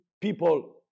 people